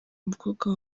mukobwa